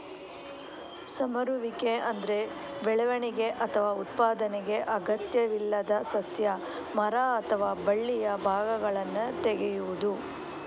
ಸಮರುವಿಕೆ ಅಂದ್ರೆ ಬೆಳವಣಿಗೆ ಅಥವಾ ಉತ್ಪಾದನೆಗೆ ಅಗತ್ಯವಿಲ್ಲದ ಸಸ್ಯ, ಮರ ಅಥವಾ ಬಳ್ಳಿಯ ಭಾಗಗಳನ್ನ ತೆಗೆಯುದು